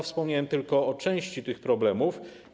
Wspomniałem tylko o części tych problemów.